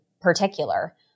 particular